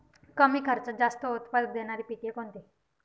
कमी खर्चात जास्त उत्पाद देणारी पिके कोणती?